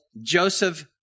Joseph